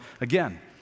again